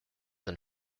than